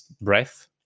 Breath